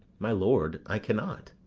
my lord, i cannot.